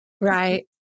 Right